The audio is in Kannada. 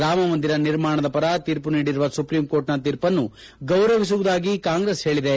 ರಾಮಮಂದಿರ ನಿರ್ಮಾಣದ ಪರ ತೀರ್ಮ ನೀಡಿರುವ ಸುಪ್ರಿಂಕೋರ್ಟ್ನ ತೀರ್ಪನ್ನು ಗೌರವಿಸುವುದಾಗಿ ಕಾಂಗ್ರೆಸ್ ಹೇಳದೆ